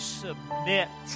submit